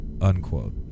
unquote